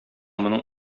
моның